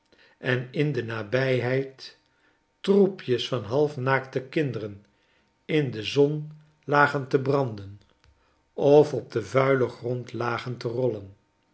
en in de nabijheid troepjes van half naakte kinderen in de zon lagen tebrandenof op den vuilen grond lagen te rollen